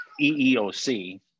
EEOC